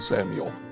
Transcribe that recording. Samuel